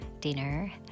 dinner